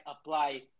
apply